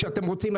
כשאתם רוצים,